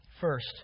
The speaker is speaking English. First